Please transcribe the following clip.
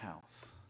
house